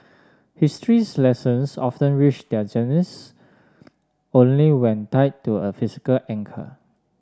history's lessons often reach their zenith only when tied to a physical anchor